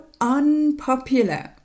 unpopular